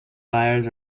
buyers